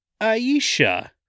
Aisha